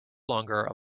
longer